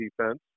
defense